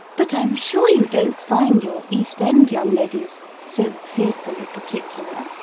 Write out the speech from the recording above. but i'm sure you don't find your east end young ladies so fearfully particular?